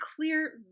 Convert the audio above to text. clear